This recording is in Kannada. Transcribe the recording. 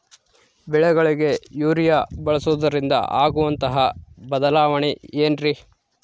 ಬೆಳೆಗಳಿಗೆ ಯೂರಿಯಾ ಬಳಸುವುದರಿಂದ ಆಗುವಂತಹ ಬದಲಾವಣೆ ಏನ್ರಿ?